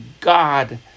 God